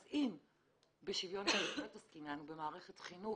אז אם בשוויון עסקננו במערכת חינוך,